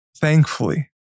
thankfully